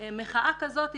מחאה כזאת,